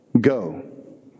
go